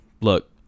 look